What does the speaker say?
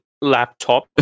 laptop